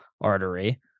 artery